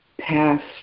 past